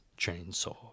Chainsaw